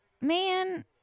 man